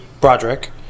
Broderick